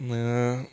नोङो